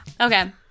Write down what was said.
Okay